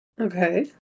Okay